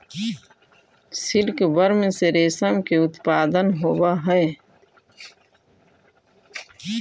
silkworm से रेशम के उत्पादन होवऽ हइ